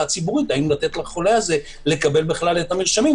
הציבורית האם לתת לחולה הזה לקבל את המרשמים.